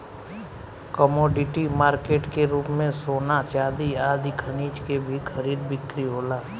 commodity market के रूप में सोना चांदी आदि खनिज के भी खरीद बिक्री होला